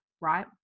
right